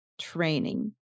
training